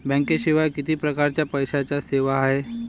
बँकेशिवाय किती परकारच्या पैशांच्या सेवा हाय?